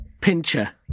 Pincher